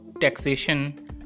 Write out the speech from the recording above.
taxation